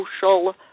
social